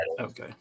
Okay